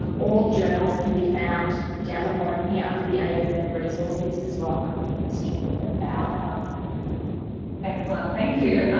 um all journals can be found down the bottom here under the a to z resource list as well and that was a question that val had asked so thanks val. ruby excellent thank you.